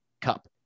Cup